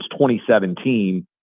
2017